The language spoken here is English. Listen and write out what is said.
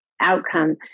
outcome